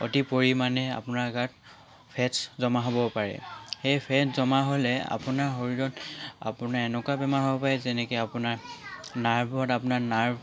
অতি পৰিমাণে আপোনাৰ গাত ফেট্ছ জমা হ'ব পাৰে সেই ফেট জমা হ'লে আপোনাৰ শৰীৰত আপোনাৰ এনেকুৱা বেমাৰ হ'ব পাৰে যেনেকৈ নাৰ্ভত আপোনাৰ নাৰ্ভ